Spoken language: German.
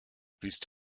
willst